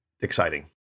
exciting